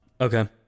Okay